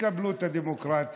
תקבלו את הדמוקרטיה.